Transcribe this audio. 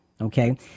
Okay